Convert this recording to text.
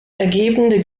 ergebende